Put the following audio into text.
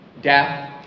death